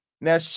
Now